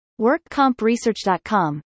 WorkCompResearch.com